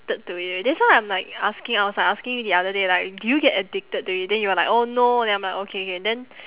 ~ed to it that's why I'm like asking I was like asking you the other day like do you get addicted to it then you were like oh no then I'm like okay K then